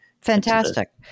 Fantastic